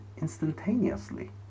instantaneously